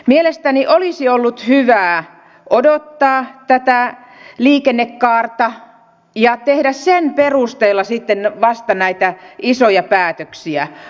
mielestäni olisi ollut hyvä odottaa tätä liikennekaarta ja tehdä sitten vasta sen perusteella näitä isoja päätöksiä